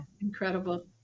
incredible